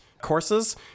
courses